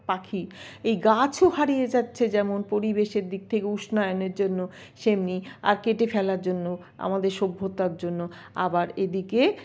পাখি এই গাছও হারিয়ে যাচ্ছে যেমন পরিবেশের দিক থেকে উষ্ণায়নের জন্য তেমনি আর কেটে ফেলার জন্য আমাদের সভ্যতার জন্য আবার এদিকে